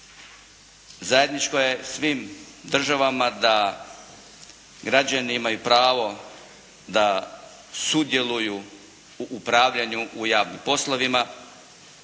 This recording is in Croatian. Zajedničko je svim državama da građani imaju pravo da građani sudjeluju u upravljanju javnim poslovima